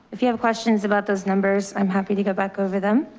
if you have questions about those numbers, i'm happy to go back over them.